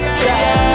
try